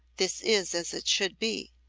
this is as it should be.